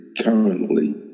currently